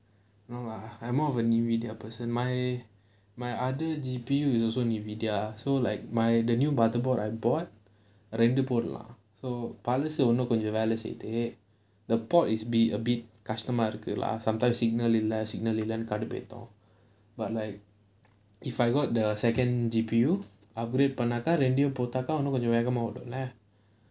no lah I'm more of a Nvidia person my my other G_P_U is also Nvidia so like my the new motherboard I bought ரெண்டு போடலாம்:rendu podalaam so பழசு வந்து கொஞ்சம் வேலை செய்யுது:pazhasu vanthu konjam velai seiyuthu the port is be a bit கஷ்டமா இருக்கு:kashtamaa irukku lah sometime signal இல்ல:illa signal இல்லனு கடுப்பேத்தும்:illanu kadduppaethum but like if I got the second G_P_U upgrade பண்ணாக்க ரெண்டையும் போட்டாக்க இன்னும் வேகமா ஓடுமே:pannaakka rendaiyum potaakka innum vegamaa odumae